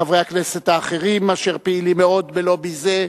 חברי הכנסת האחרים אשר פעילים מאוד בלובי זה,